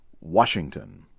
Washington